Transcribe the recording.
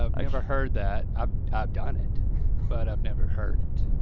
i never heard that. i've done it but i've never heard it.